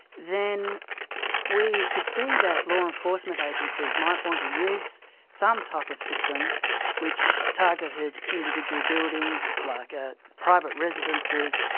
then we could see that law enforcement agencies might want to use some type of system which targeted individual buildings like ah private residences,